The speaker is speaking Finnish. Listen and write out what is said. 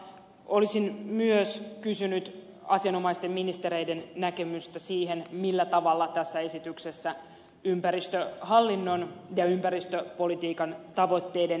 olisin myös kysynyt asianomaisten ministereiden näkemystä siihen millä tavalla tässä esityksessä ympäristöhallinnon ja ympäristöpolitiikan tavoitteiden itsenäisyys turvataan